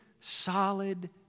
solid